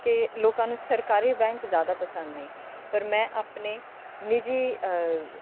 ਕਿ ਲੋਕਾਂ ਨੂੰ ਸਰਕਾਰੀ ਬੈਂਕ ਜ਼ਿਆਦਾ ਪਸੰਦ ਨੇ ਪਰ ਮੈਂ ਆਪਣੇ ਨਿੱਜੀ